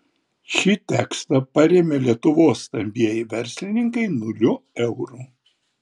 šį tekstą parėmė lietuvos stambieji verslininkai nuliu eurų